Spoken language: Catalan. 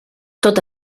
tot